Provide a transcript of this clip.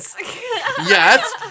Yes